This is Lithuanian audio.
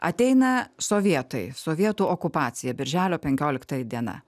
ateina sovietai sovietų okupacija birželio penkioliktoji diena